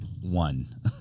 one